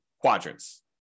quadrants